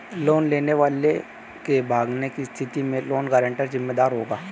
loan लेने वाले के भागने की स्थिति में लोन गारंटर जिम्मेदार होगा